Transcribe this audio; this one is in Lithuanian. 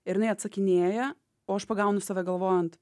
ir jinai atsakinėja o aš pagaunu save galvojant